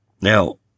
Now